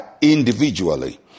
individually